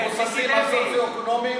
יש הבדל בין זה לבין מפת העדיפויות,